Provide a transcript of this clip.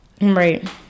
Right